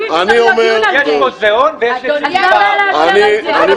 שצריך להיות הדיון הזה ------ אני מאוד מצטער.